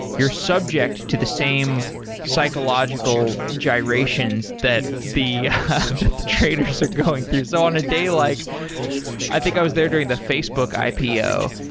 you're subject to the same psychological gyrations that the the traders are going through. so on a day like i think i was there during the facebook ipo,